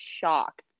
shocked